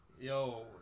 Yo